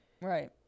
Right